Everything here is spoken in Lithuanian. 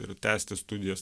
ir tęsti studijas